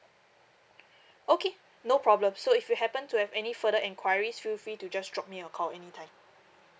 okay no problem so if you happen to have any further enquiries feel free to just drop me a call anytime